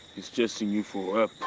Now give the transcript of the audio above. is chasing you for